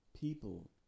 people